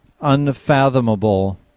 unfathomable